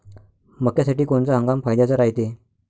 मक्क्यासाठी कोनचा हंगाम फायद्याचा रायते?